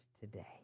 today